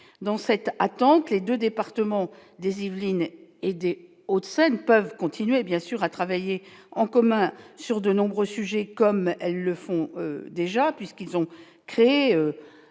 dans cette attente, les 2 départements des Yvelines aidés Hauts-de-Seine peuvent continuer bien sûr à travailler en commun sur de nombreux sujets, comme elles le font déjà, puisqu'ils ont créé